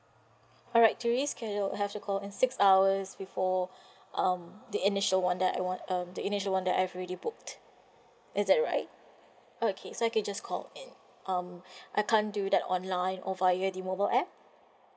alright to reschedule have to call in six hours before um the initial one that I want um the initial one that I've already booked is that right okay so I can just call in um I can't do that online or via the mobile app